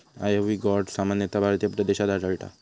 ivy gourd सामान्यतः भारतीय प्रदेशात आढळता